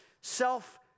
self